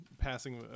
passing